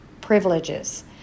privileges